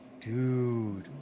dude